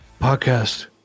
podcast